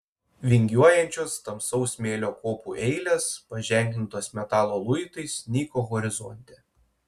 vingiuojančios tamsaus smėlio kopų eilės paženklintos metalo luitais nyko horizonte